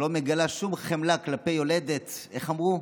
איך אמרו?